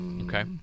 Okay